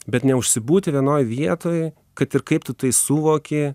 bet neužsibūti vienoje vietoje kad ir kaip tu tai suvoki